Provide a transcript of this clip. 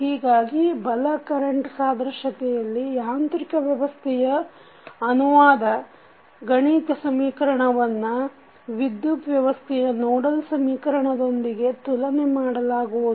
ಹೀಗಾಗಿ ಬಲ ಕೆರೆಂಟ್ ಸಾದೃಶ್ಯತೆಯಲ್ಲಿ ಯಾಂತ್ರಿಕ ವ್ಯವಸ್ಥೆಯ ಅನುವಾದದ ಗಣಿತ ಸಮೀಕರಣವನ್ನು ವಿದ್ಯುತ್ ವ್ಯವಸ್ಥೆಯ ನೋಡಲ್ ಸಮೀಕರಣಗಳೊಂದಿಗೆ ತುಲನೆ ಮಾಡಲಾಗುವುದು